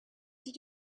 did